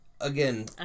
again